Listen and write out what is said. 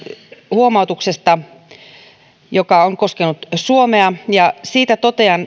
huomautuksesta joka on koskenut suomea siitä totean